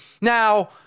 Now